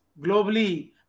globally